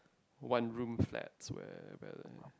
one room flats where where the